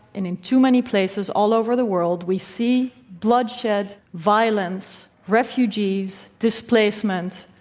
and in too many places all over the world we see bloodshed, violence, refugees, displacement,